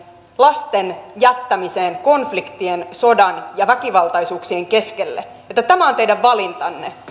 lasten jättämiseen konfliktien sodan ja väkivaltaisuuksien keskelle tämä on teidän valintanne